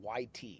YT